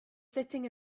sitting